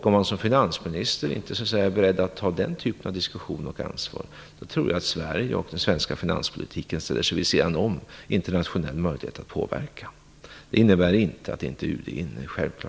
Om man som finansminister inte är beredd att föra den typen av diskussioner och ta ett sådant ansvar tror jag att Sverige och den svenska finanspolitiken ställer sig vid sidan av internationella möjligheter att påverka. Detta innebär självfallet inte att inte UD är med.